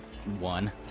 One